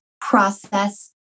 process